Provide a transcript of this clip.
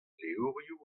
levrioù